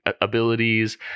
abilities